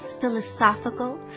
philosophical